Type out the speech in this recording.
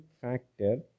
factor